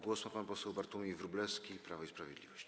Głos ma pan poseł Bartłomiej Wróblewski, Prawo i Sprawiedliwość.